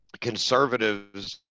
conservatives